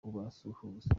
kubasuhuza